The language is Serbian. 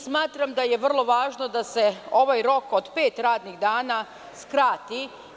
Smatram da je vrlo važno da se ovaj rok od pet radnih dana skrati.